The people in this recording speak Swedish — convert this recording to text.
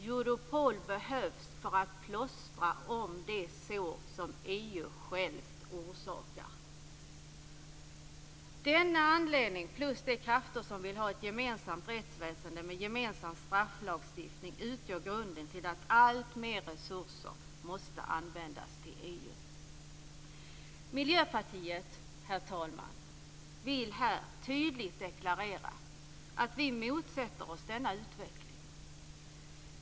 Europol behövs för att plåstra om de sår som EU självt orsakar." Denna anledning plus de krafter som vill ha ett gemensamt rättsväsende med gemensam strafflagstiftning utgör grunden till att alltmer resurser måste användas till EU. Miljöpartiet, herr talman, vill här tydligt deklarera att vi motsätter oss denna utveckling.